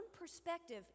perspective